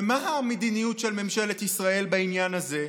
ומה המדיניות של ממשלת ישראל בעניין הזה?